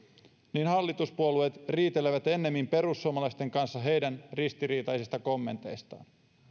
niin hallituspuolueet riitelevät ennemmin perussuomalaisten kanssa heidän ristiriitaisista kommenteistaan